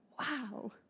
wow